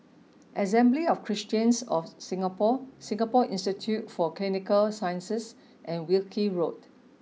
Assembly of Christians of Singapore Singapore Institute for Clinical Sciences and Wilkie Road